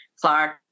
Clark